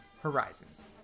Horizons